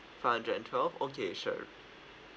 five hundred and twelve okay sure